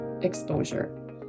Exposure